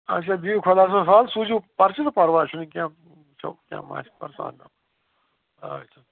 آچھا بِہِو خۄدا صٲبَس حوال سوٗزیوٗ پرچہِ تہٕ پرواے چھُنہٕ کیٚنٛہہ وٕچھو کیٚنٛہہ مَہ آسہِ پَرٕ سُہ اَنو آچھا